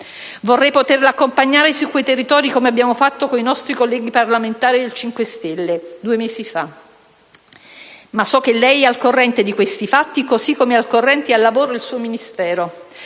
vorrei poterla accompagnare su quei territori, come abbiamo fatto due mesi fa con i nostri colleghi parlamentari del Movimento 5 Stelle, ma so che lei è al corrente di questi fatti, così come è al corrente e al lavoro il suo Ministero.